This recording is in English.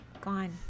gone